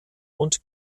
und